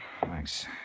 Thanks